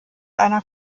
einer